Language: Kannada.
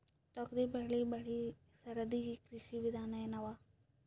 ತೊಗರಿಬೇಳೆ ಬೆಳಿ ಸರದಿ ಕೃಷಿ ವಿಧಾನ ಎನವ?